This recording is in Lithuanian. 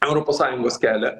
europos sąjungos kelią